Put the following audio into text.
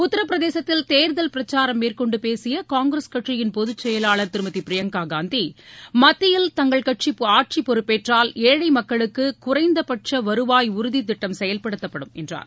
உத்தரபிரதேசத்தில் தேர்தல் பிரச்சாரம் மேற்கொண்டு பேசிய காங்கிரஸ் கட்சியின் பொதுச் செயலாளர் திருமதி பிரியங்கா காந்தி மத்தியில் தங்கள் கட்சி ஆட்சிப் பொறுப்பேற்றால் ஏழை மக்களுக்கு குறைந்தபட்ச வருவாய் உறுதி திட்டம் செயல்படுத்தப்படும் என்றார்